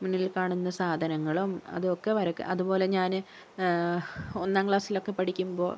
മുന്നിൽ കാണുന്ന സാധനങ്ങളും അതുമൊക്കെ വരയ്ക്കും അതുപോലെ ഞാന് ഒന്നാം ക്ലാസ്സിലൊക്കെ പഠിക്കുമ്പോൾ